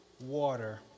water